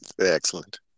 Excellent